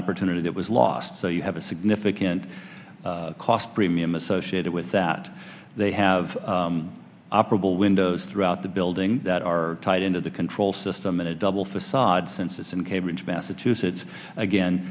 opportunity that was lost so you have a significant cost premium associated with that they have operable windows throughout the building that are tied into the control system in a double facade since it's in cambridge massachusetts again